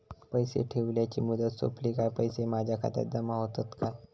पैसे ठेवल्याची मुदत सोपली काय पैसे माझ्या खात्यात जमा होतात काय?